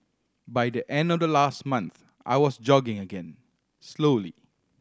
by the end of the last month I was jogging again slowly